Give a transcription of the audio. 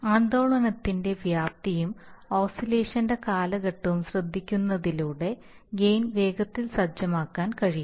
ആന്ദോളനത്തിന്റെ വ്യാപ്തിയും ഓസിലേഷൻ ന്റെ കാലഘട്ടവും ശ്രദ്ധിക്കുന്നതിലൂടെ ഗെയിൻ വേഗത്തിൽ സജ്ജമാക്കാൻ കഴിയും